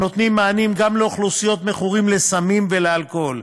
הנותנים מענים גם לאוכלוסיית המכורים לסמים ולאלכוהול,